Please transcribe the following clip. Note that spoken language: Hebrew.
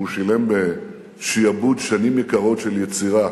הוא שילם בשעבוד שנים יקרות של יצירה